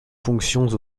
fonctions